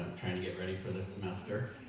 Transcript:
trying to get ready for this semester,